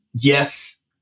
yes